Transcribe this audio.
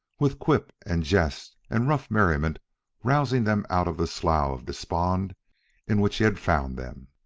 with quip and jest and rough merriment rousing them out of the slough of despond in which he had found them.